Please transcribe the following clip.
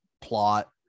plot